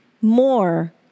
more